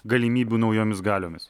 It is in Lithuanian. galimybių naujomis galiomis